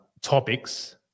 topics